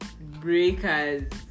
breakers